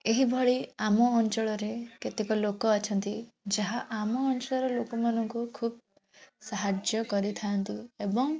ଏହିଭଳି ଆମ ଅଞ୍ଚଳରେ କେତେକ ଲୋକ ଅଛନ୍ତି ଯାହା ଆମ ଅଞ୍ଚଳର ଲୋକମାନଙ୍କୁ ଖୁବ ସାହାଯ୍ୟ କରିଥାନ୍ତି ଏବଂ